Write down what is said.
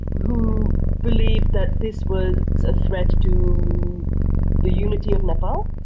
who believed that this was a threat to the unity of nepal.